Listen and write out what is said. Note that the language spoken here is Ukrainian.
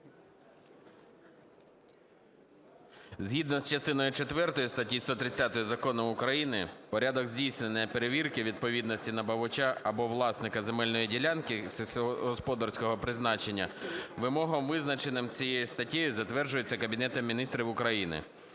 Згідно з частиною четвертою статті 130 Закону України порядок здійснення перевірки відповідності набувача або власника земельної ділянки сільськогосподарського призначення вимогам, визначеним цією статтею, затверджується Кабінетом Міністрів України.